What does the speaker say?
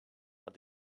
are